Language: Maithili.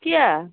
किए